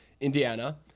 Indiana